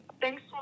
Thanks